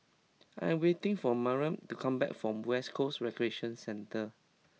I am waiting for Mariam to come back from West Coast Recreation Centre